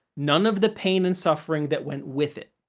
none of the pain and suffering that went with it.